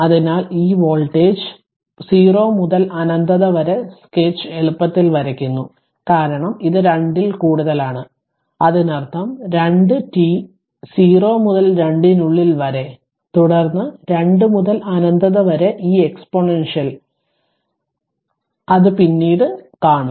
അതിനാൽ ഈ വോൾട്ടേജ് 0 മുതൽ അനന്തത വരെ സ്കെച്ച് എളുപ്പത്തിൽ വരയ്ക്കുന്നു കാരണം ഇത് 2 ൽ കൂടുതലാണ് അതിനർത്ഥം2 t 0 മുതൽ 2 നുള്ളിൽ വരെ തുടർന്ന് 2 മുതൽ അനന്തത വരെ ഈ എക്സ്പോണൻഷ്യൽ കാര്യം പിന്നീട് ഇത് കാണും